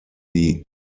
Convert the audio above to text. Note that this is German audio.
die